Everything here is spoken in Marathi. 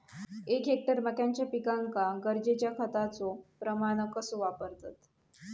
एक हेक्टर मक्याच्या पिकांका गरजेच्या खतांचो प्रमाण कसो वापरतत?